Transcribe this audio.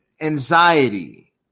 anxiety